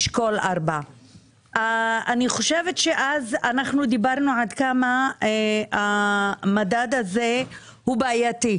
אשכול 4. אני חושבת שאז אנחנו דיברנו על כמה המדד הזה הוא בעייתי.